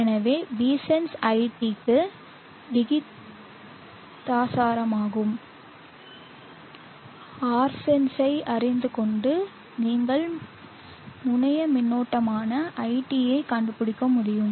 எனவே Vsense iT க்கு விகிதாசாரமாகும் Rsense ஐ அறிந்துகொண்டு நீங்கள் முனைய மின்னோட்டமான IT ஐ கண்டுபிடிக்க முடியும்